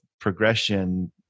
progression